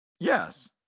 Yes